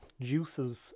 juices